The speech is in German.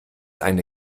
eine